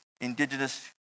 Indigenous